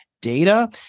Data